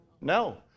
No